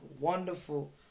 wonderful